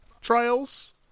trials